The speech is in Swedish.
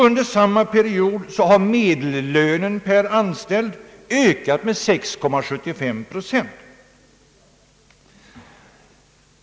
Under samma period har medellönen per anställd ökat med 6,75 procent.